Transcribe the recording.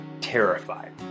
terrified